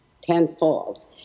tenfold